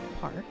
Park